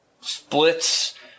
splits